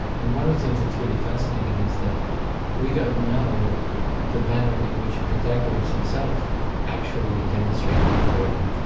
and one of the things that's really fascinating is that we don't know the manner in which pythagoras himself actually demonstrated the theorem.